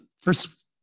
first